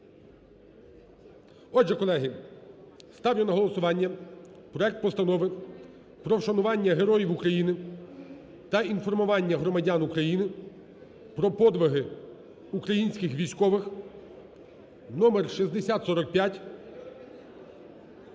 Отже, колеги, ставлю на голосування проект Постанови про вшанування Героїв України та інформування громадян України про подвиги українських військових (номер 6045)